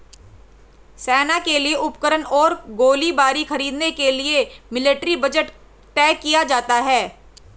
सेना के लिए उपकरण और गोलीबारी खरीदने के लिए मिलिट्री बजट तय किया जाता है